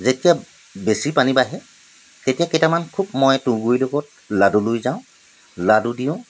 যেতিয়া বেছি পানী বাঢ়ে তেতিয়া কেইটামান খুব মই তুঁহ গুৰি লগত লাডু লৈ যাওঁ লাডু দিওঁ